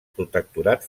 protectorat